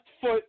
foot